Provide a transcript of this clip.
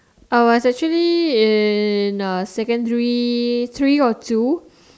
I was actually in uh secondary three or two